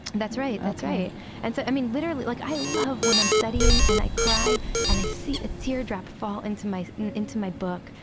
that's right. that's right ok and so, i mean, literally like i love when i'm studying and i cry and i see a teardrop fall into my into my book.